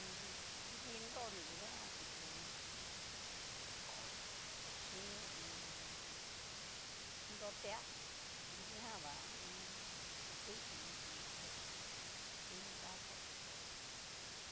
Naniti kiti nru ni yu nguan hu u un. koo chin hu u un. nrotia, ktijan va hu u un. si como ke anria kachí si da cosas verlo.